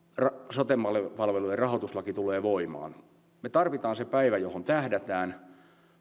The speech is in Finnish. sote palvelujen rahoituslaki tulevat voimaan me tarvitsemme sen päivän johon tähtäämme